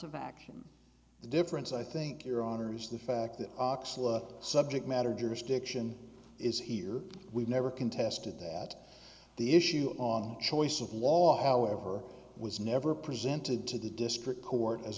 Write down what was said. of action the difference i think your honor is the fact that oxalis subject matter jurisdiction is here we've never contested that the issue on choice of law however was never presented to the district court as